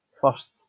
first